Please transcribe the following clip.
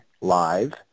live